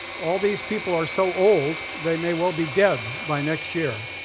all these people are so old they may well be dead by next year.